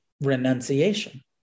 renunciation